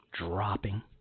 dropping